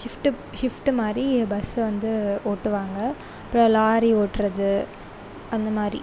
shift shift மாறி bus வந்து ஓட்டுவாங்க அப்புறம் லாரி ஓட்டுறது அந்தமாதிரி